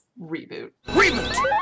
Reboot